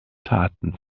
taten